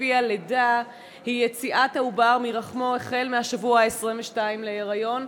שלפיה לידה היא יציאת העובר מרחמו החל בשבוע ה-22 להיריון,